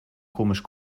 komisch